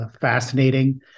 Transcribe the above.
fascinating